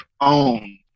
own